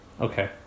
Okay